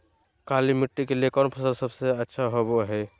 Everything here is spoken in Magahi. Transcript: काली मिट्टी के लिए कौन फसल सब से अच्छा होबो हाय?